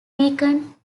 weekend